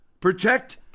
protect